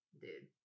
Dude